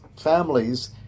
families